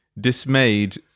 Dismayed